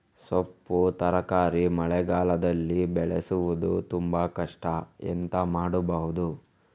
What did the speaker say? ಸೊಪ್ಪು ತರಕಾರಿ ಮಳೆಗಾಲದಲ್ಲಿ ಬೆಳೆಸುವುದು ತುಂಬಾ ಕಷ್ಟ ಎಂತ ಮಾಡಬಹುದು?